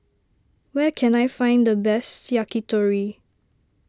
where can I find the best Yakitori